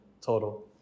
total